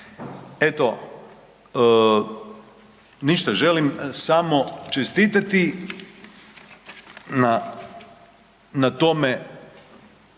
Eto, ništa želim samo čestiti na tome